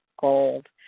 gold